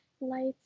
lights